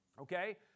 Okay